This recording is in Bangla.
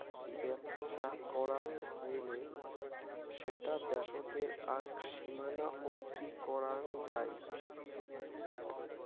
বেপছা করাং হৈলে সেটা দ্যাশোতের আক সীমানা অবদি করাং যাই